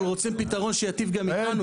אבל רוצים פתרון שייטיב גם איתנו,